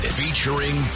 featuring